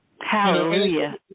Hallelujah